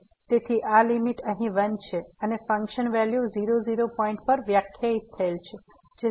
તેથી આ લીમીટ અહીં 1 છે અને ફંકશન વેલ્યુ 00 પોઇન્ટ પર વ્યાખ્યાયિત થયેલ છે જે 0 છે